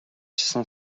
cinq